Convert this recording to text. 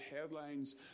headlines